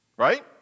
Right